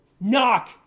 Knock